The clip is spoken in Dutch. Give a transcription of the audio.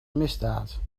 misdaad